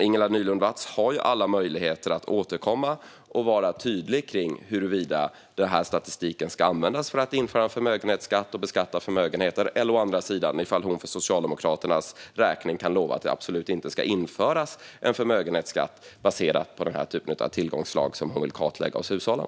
Ingela Nylund Watz har alla möjligheter att återkomma och vara tydlig kring huruvida den här statistiken ska användas för att beskatta förmögenheter eller om hon för Socialdemokraternas räkning kan lova att det absolut inte ska införas en förmögenhetsskatt baserad på den typ av tillgångsslag som hon vill kartlägga hos hushållen.